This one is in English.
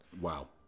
Wow